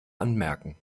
anmerken